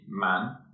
man